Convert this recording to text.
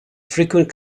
frequent